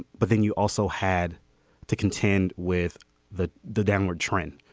but then you also had to contend with the the downward trend